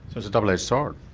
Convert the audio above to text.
it's a double-edged sword?